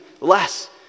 less